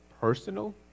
personal